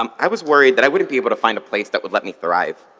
um i was worried that i wouldn't be able to find a place that would let me thrive.